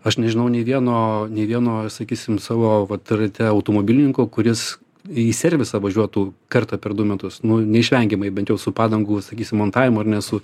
aš nežinau nei vieno nei vieno sakysim savo vat rate automobilininko kuris į servisą važiuotų kartą per du metus nu neišvengiamai bent jau su padangų sakysim montavimu ar ne su